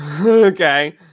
Okay